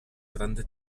grande